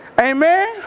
Amen